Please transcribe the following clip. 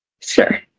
Sure